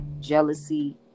Jealousy